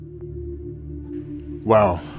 wow